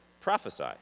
prophesy